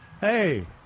Hey